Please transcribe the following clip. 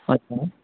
अच्छा